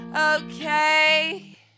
Okay